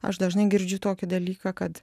aš dažnai girdžiu tokį dalyką kad